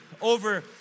over